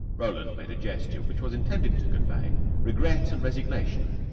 roland made a gesture which was intended to convey regret and resignation.